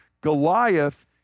Goliath